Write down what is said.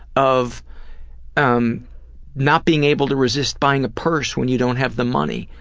of um not being able to resist buying a purse when you don't have the money.